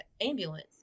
ambulance